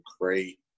great